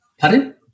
Pardon